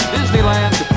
Disneyland